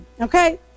okay